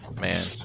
man